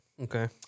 Okay